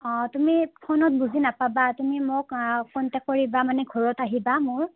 অঁ তুমি ফোনত বুজি নেপাবা তুমি মোক কণ্টেক্ট কৰিবা মানে ঘৰত আহিবা মোৰ